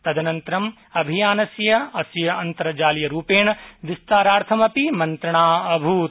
तदनन्तरम् अभियानस्य अस्य अन्तर्जालीयरूपेण विस्तारार्थमपि मन्त्रणा अभूत्